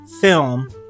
film